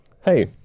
hey